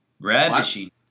Ravishing